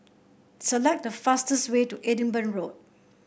select the fastest way to Edinburgh Road